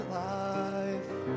life